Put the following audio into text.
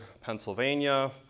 Pennsylvania